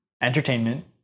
entertainment